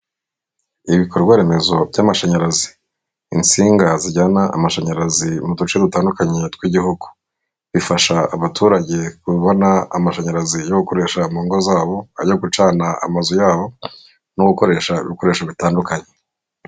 Ibikorwaremezo by'amashanyarazi, insinga zijyana amashanyarazi m'uduce dutandukanye tw'igihugu, bifasha abaturage kubona amashanyarazi yo gukoresha mu ngo zabo ajya gucana amazu yabo no gukoresha ibikoresho bitandukanye.